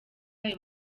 ayo